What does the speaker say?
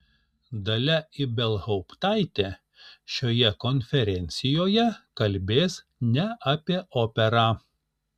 dalia ibelhauptaitė šioje konferencijoje kalbės ne apie operą